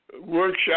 workshop